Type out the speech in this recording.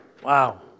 Wow